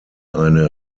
eine